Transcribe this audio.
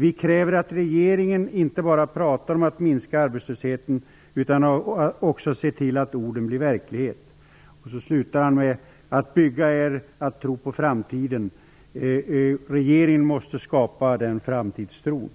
Vi kräver att regeringen inte bara pratar om att minska arbetslösheten utan att den också ser till att orden blir verklighet. - Att bygga är att tro på framtiden. Regeringen måste skapa denna framtidstro nu."